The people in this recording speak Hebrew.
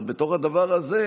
בתוך הדבר הזה,